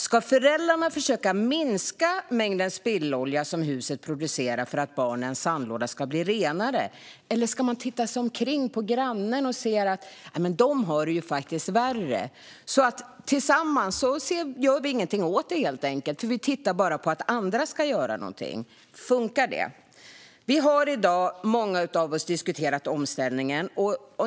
Ska föräldrarna försöka minska mängden spillolja som huset producerar för att barnens sandlåda ska bli renare? Eller ska de titta sig omkring och se att grannen faktiskt har det värre och helt enkelt inte göra något åt detta? Man tänker då bara på att andra ska göra någonting. Funkar det? Många av oss har i dag diskuterat omställningen.